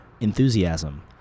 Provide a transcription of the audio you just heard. enthusiasm